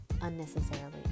unnecessarily